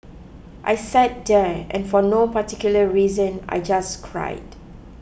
I sat there and for no particular reason I just cried